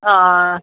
ਹਾਂ